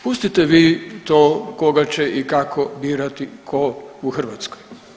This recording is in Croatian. Pustite vi to koga će i kako birati tko u Hrvatskoj.